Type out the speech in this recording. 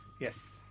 Yes